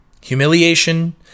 Humiliation